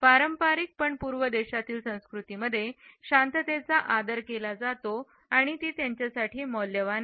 पारंपारिक पण पूर्व देशातील संस्कृतींमध्ये शांततेचा आदर केला जातो आणि ती त्यांच्यासाठी मौल्यवान आहे